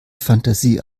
fantasie